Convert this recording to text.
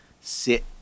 sit